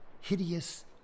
hideous